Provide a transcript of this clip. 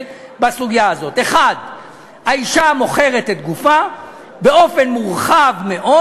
בסוגיה הזאת: 1. האישה מוכרת את גופה באופן מורחב מאוד.